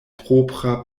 propra